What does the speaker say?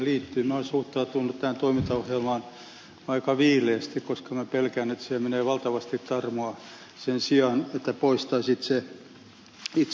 minä olen suhtautunut tähän toimintaohjelmaan aika viileästi koska minä pelkään että siihen menee valtavasti tarmoa sen sijaan että poistettaisiin itse ongelmia